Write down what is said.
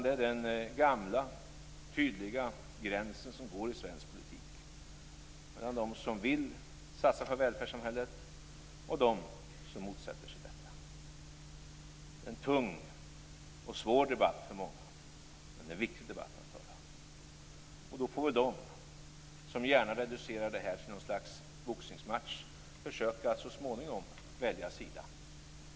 Det är den gamla, tydliga gränsen som går i svensk politik, dvs. mellan dem som vill satsa på välfärdssamhället och dem som motsätter sig detta. Det är en tung och svår debatt för många. Men det är en viktig debatt att föra. Då får väl de som gärna reducerar detta till ett slags boxningsmatch försöka att så småningom välja sida.